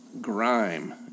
grime